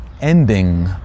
ending